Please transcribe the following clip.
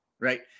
right